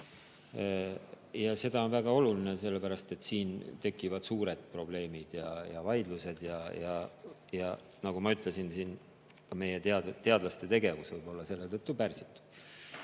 Ja see on väga oluline, sellepärast et siin tekivad suured probleemid ja vaidlused. Ja nagu ma ütlesin, meie teadlaste tegevus võib olla selle tõttu